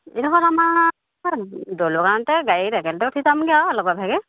এইডোখৰত আমাৰ দলগাঁৱতে গাড়ীত একেলগতে উঠি যামগৈ আৰু লগে ভাগে